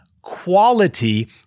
quality